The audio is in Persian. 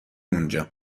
اونجام